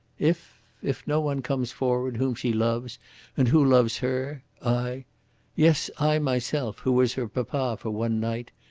if if no one comes forward whom she loves and who loves her i yes, i myself, who was her papa for one night,